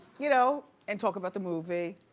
you know and talk about the movie.